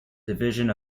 division